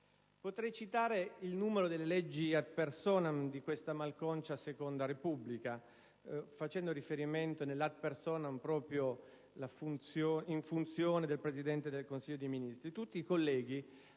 Potrei citare il numero delle leggi *ad personam* di questa malconcia seconda Repubblica, riferendo quel *ad personam* nel senso di in funzione del Presidente del Consiglio dei ministri.